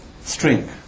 string